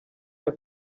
iya